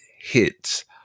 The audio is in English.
hits